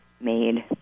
made